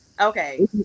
Okay